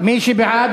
מי שבעד,